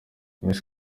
miss